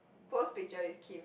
post picture with Kim